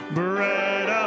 bread